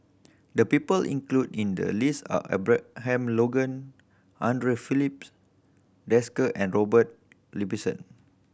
the people included in the list are Abraham Logan Andre Philips Desker and Robert Ibbetson